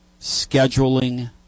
scheduling